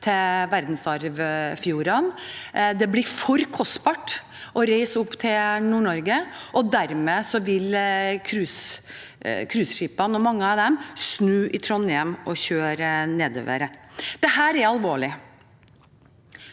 på verdensarvfjordene. Det blir for kostbart å reise opp til Nord-Norge, og dermed vil mange av cruiseskipene snu i Trondheim og kjøre nedover. Dette er alvorlig,